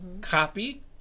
copy